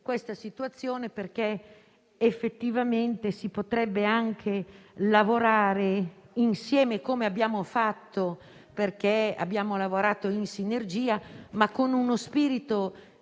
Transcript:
questa situazione, perché effettivamente si potrebbe anche lavorare insieme, come abbiamo fatto (perché abbiamo lavorato in sinergia), ma con uno spirito